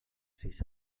sis